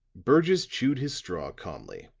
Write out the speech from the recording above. burgess chewed his straw calmly.